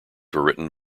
written